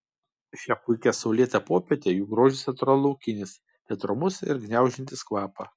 šią puikią saulėtą popietę jų grožis atrodo laukinis bet romus ir gniaužiantis kvapą